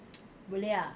boleh ah